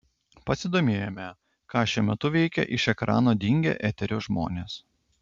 pasidomėjome ką šiuo metu veikia iš ekrano dingę eterio žmonės